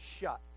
shut